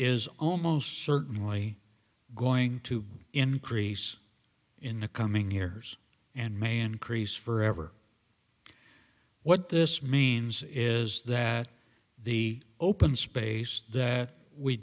is almost certainly going to increase in the coming years and may increase forever what this means is that the open space that we